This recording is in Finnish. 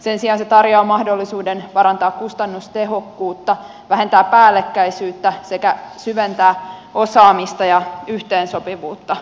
sen sijaan se tarjoaa mahdollisuuden parantaa kustannustehokkuutta vähentää päällekkäisyyttä sekä syventää osaamista ja yhteensopivuutta